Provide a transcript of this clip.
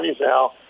now